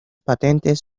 patentes